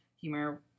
humor